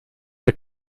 der